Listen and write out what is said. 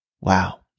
Wow